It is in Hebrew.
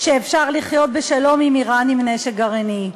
שאפשר לחיות בשלום עם איראן עם נשק גרעיני,